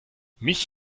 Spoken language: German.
mich